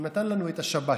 הוא נתן לנו את השבת.